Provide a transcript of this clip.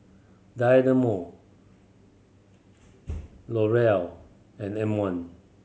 Dynamo L'Oreal and M One